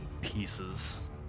pieces